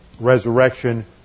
resurrection